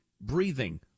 breathing